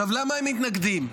למה הם מתנגדים?